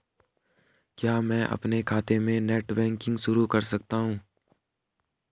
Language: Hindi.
क्या मैं अपने खाते में नेट बैंकिंग शुरू कर सकता हूँ?